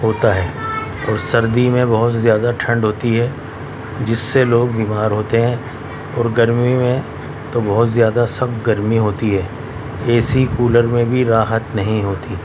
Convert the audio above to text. ہوتا ہے اور سردی میں بہت زیادہ ٹھنڈ ہوتی ہے جس سے لوگ بیمار ہوتے ہیں اور گرمی میں تو بہت زیادہ سخت گرمی ہوتی ہے اے سی کولر میں بھی راحت نہیں ہوتی